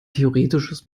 theoretisches